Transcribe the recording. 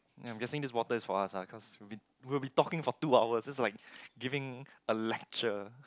I'm guessing this water is for us lah cause we we have been talking for two hour just like giving a lecture